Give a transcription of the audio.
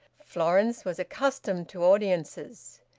florence was accustomed to audiences.